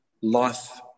life